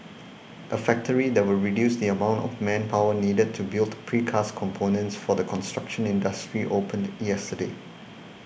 a factory that will reduce the amount of manpower needed to build precast components for the construction industry opened yesterday